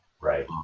Right